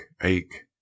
ache